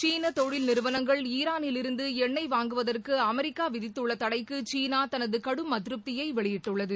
சீன தொழில் நிறுவனங்கள் ஈரானில் இருந்து எண்ணொய் வாங்குவதற்கு அமெரிக்கா விதித்துள்ள தடைக்கு சீனா தனது கடும் அதிருப்தியை வெளியிட்டுள்ளது